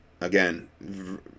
again